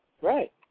right